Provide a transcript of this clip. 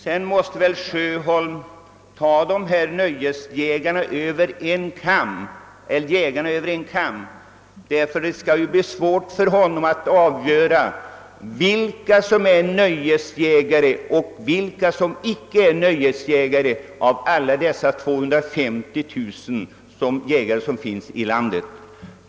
Herr Sjöholm måste väl dra jägarna över en kam, ty det lär bli svårt för honom att avgöra vilka av dessa 250 000 som är nöjesjägare och som dödar för nöjes skull och vilka som inte är det. Herr talman!